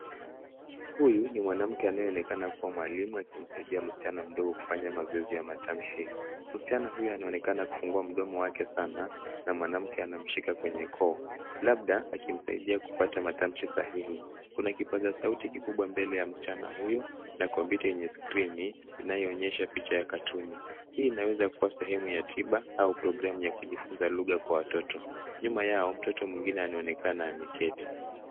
Huyu ni mwanamke anayeonekana kuwa mwalimu akimsaidia msichana mdogo kufanya mazoezi ya matamshi. Msichana huyo anaonekana kufungua mdomo wake sana na mwanamke anamshika kwenye koo labda akimsaidia kupata matamshi sahihi. Kuna kipaza sauti kikubwa mbele ya msichana huyo na kompyuta yenye skrini inayoonyesha picha ya katuni. Hii inaweza kuwa sehemu ya tiba au programu ya kujifunza lugha kwa watoto. Nyuma yao, mtoto mwingine anaonekana ameketi.